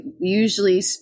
usually